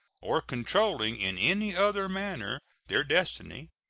or controlling in any other manner their destiny,